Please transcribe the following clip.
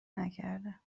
نکرده